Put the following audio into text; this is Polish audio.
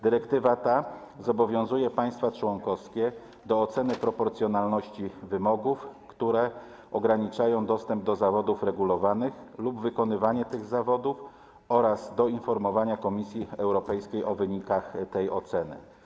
Dyrektywa ta zobowiązuje państwa członkowskie do oceny proporcjonalności wymogów, które ograniczają dostęp do zawodów regulowanych lub wykonywanie tych zawodów oraz do informowania Komisji Europejskiej o wynikach tej oceny.